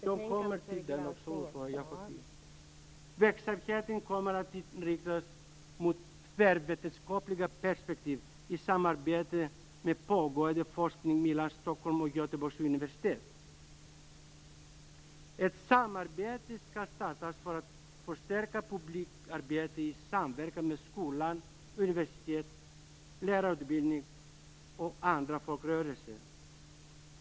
Fru talman! Verksamheten kommer att inriktas mot tvärvetenskapliga perspektiv i samarbete med pågående forskning mellan Stockholms och Göteborgs universitet. Ett samarbete skall startas för att förstärka publikarbete i samverkan med skola, universitet, lärarutbildning, kulturinstitutioner, invandrarföreningar samt andra folkrörelser.